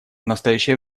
настоящее